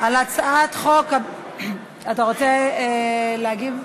על הצעת חוק, אתה רוצה להגיב?